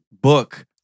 book